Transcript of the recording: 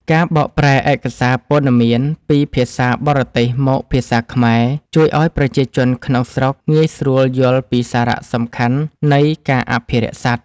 ការបកប្រែឯកសារព័ត៌មានពីភាសាបរទេសមកភាសាខ្មែរ ជួយឱ្យប្រជាជនក្នុងស្រុកងាយស្រួលយល់ពីសារៈសំខាន់នៃការអភិរក្សសត្វ។